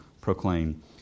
proclaim